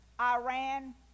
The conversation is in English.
Iran